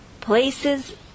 places